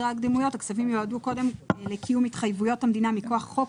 הכספים יועדו קודם לקיום התחייבויות המדינה מכוח חוק,